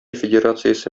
федерациясе